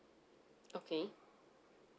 okay